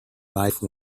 life